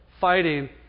fighting